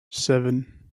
seven